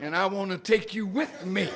and i want to take you with me